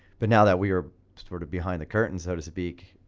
but now that we are sort of behind the curtain, so to speak,